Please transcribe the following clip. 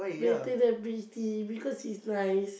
better than peach tea because it's nice